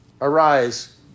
Arise